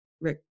Rick